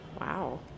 Wow